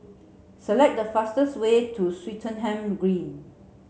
select the fastest way to Swettenham Green